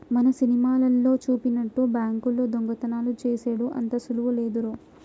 మన సినిమాలల్లో జూపినట్టు బాంకుల్లో దొంగతనాలు జేసెడు అంత సులువు లేదురో